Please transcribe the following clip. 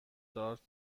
دارت